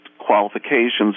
Qualifications